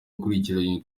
akurikiranyweho